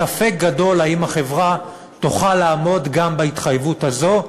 ספק גדול אם החברה תוכל לעמוד גם בהתחייבות הזאת,